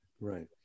Right